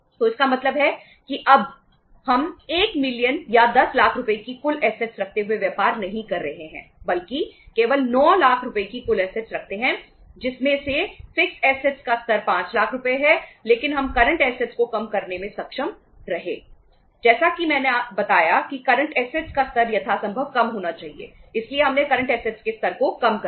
तो इसका मतलब है कि हम अब 1 मिलियन के स्तर को कम कर दिया